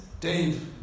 Dave